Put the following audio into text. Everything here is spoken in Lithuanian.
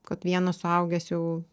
kad vienas suaugęs jau